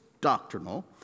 doctrinal